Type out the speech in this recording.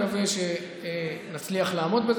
בסדר, אני מאוד מקווה שנצליח לעמוד בזה.